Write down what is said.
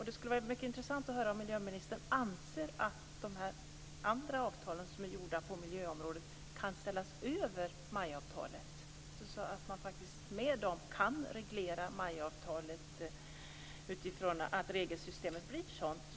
Det skulle vara mycket intressant att höra om miljöministern anser att de andra avtal som är träffade på miljöområdet kan ställas över MAI-avtalet, så att man med dem kan reglera MAI-avtalet utifrån att regelsystemet blir sådant.